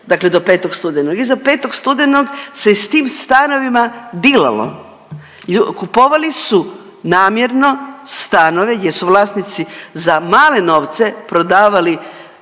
dakle do 5. studenog, iza 5. studenog se je s tim stanovima dilalo. Kupovali su namjerno stanove gdje su vlasnici za male novce prodavali